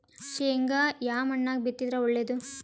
ಶೇಂಗಾ ಯಾ ಮಣ್ಣಾಗ ಬಿತ್ತಿದರ ಒಳ್ಳೇದು?